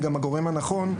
היא גם הגורם הנכון,